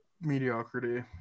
mediocrity